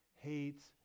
hates